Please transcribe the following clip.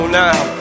now